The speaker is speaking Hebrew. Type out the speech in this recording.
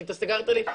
כי אתה סגרת לי,